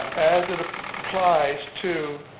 as it ah applies to